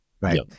right